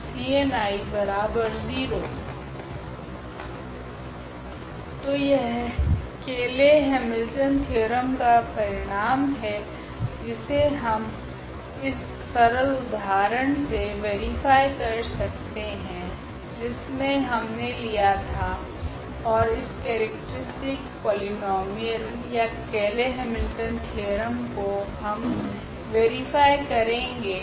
तो यह Cayley Hamilton theorem का परिणाम है जिसे हम इस सरल उदाहरण से वेरिफाय कर सकते है जिसमे हमने लिया था ओर इस केरेक्ट्रीस्टिक पोलिनोमियल या केयले हैमिल्टन थेओरम को हम वेरिफाय करेगे